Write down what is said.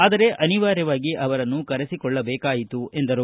ಆದರೆ ಅನಿವಾರ್ಯವಾಗಿ ಅವರನ್ನು ಕರೆಸಿಕೊಳ್ಳಬೇಕಾಯಿತು ಎಂದರು